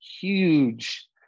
huge